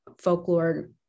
folklore